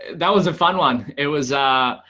that was a fun one. it was ah,